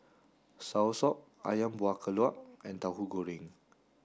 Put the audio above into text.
Soursop Ayam Buah Keluak and Tauhu Goreng